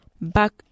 Back